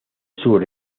sur